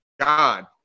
God